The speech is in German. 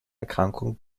erkrankung